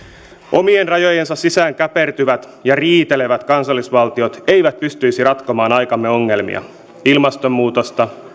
omien rajojensa sisään käpertyvät ja riitelevät kansallisvaltiot eivät pystyisi ratkomaan aikamme ongelmia ilmastonmuutosta